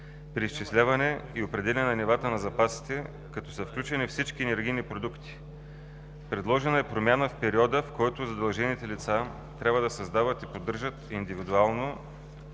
при изчисляване и определяне на нивата на запасите, като са включени всички енергийни продукти. Предложена е промяна в периода, в който задължените лица трябва да създават и поддържат индивидуално